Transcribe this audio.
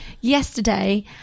yesterday